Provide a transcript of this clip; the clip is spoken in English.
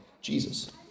Jesus